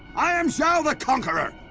i am zhao the conqueror.